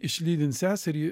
išlydint seserį